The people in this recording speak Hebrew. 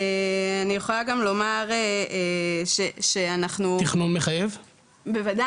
אני יכולה גם לומר שאנחנו --- בוודאי,